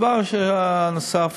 הדבר הנוסף,